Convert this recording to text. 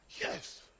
yes